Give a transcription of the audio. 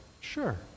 sure